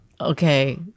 Okay